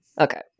Okay